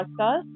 podcast